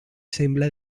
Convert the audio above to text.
sembla